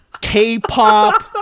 K-pop